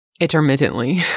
Intermittently